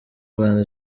rwanda